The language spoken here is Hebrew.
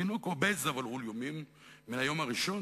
תינוק "אובז" אבל עול-ימים, מן היום הראשון.